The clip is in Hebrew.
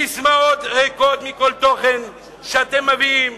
ססמאות ריקות מכל תוכן שאתם מביאים